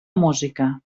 música